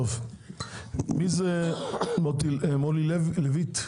מי זה מולי לויט?